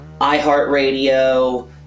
iHeartRadio